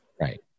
Right